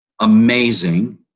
amazing